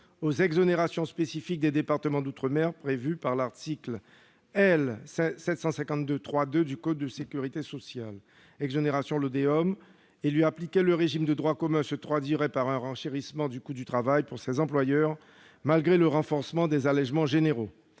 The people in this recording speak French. aux exonérations spécifiques aux départements d'outre-mer prévues à l'article L. 752-3-2 du code de la sécurité sociale, dites « exonérations LODEOM ». Le régime de droit commun se traduirait par un renchérissement du coût du travail pour ces employeurs, malgré le renforcement des allégements généraux.